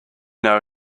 know